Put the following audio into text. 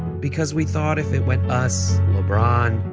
because we thought if it went us, lebron,